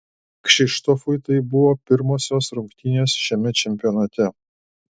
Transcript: kšištofui tai buvo pirmosios rungtynės šiame čempionate